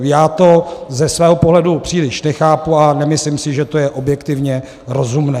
Já to ze svého pohledu příliš nechápu a nemyslím si, že to je objektivně rozumné.